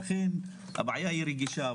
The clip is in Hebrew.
הבעיה היא רגישה,